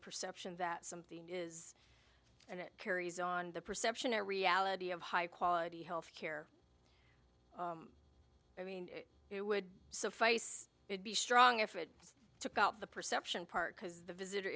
perception that something is and it carries on the perception a reality of high quality health care i mean it would suffice it be strong if it took out the perception part because the visitor